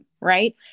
right